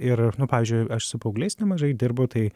ir nu pavyzdžiui aš su paaugliais nemažai dirbu tai